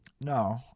no